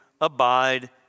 abide